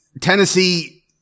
Tennessee